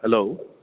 hello